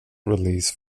release